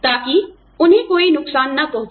ताकि उन्हें कोई नुकसान न पहुंचे